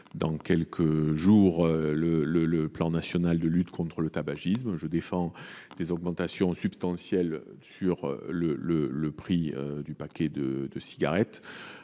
dans quelques jours le plan national de lutte contre le tabagisme. J’ai défendu, dans ce cadre, une augmentation substantielle du prix du paquet de cigarettes.